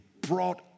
brought